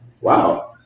wow